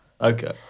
Okay